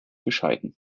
bescheiden